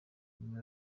nyuma